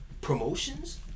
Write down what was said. promotions